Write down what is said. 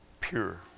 pure